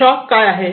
shock काय आहेत